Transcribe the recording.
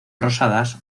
rosadas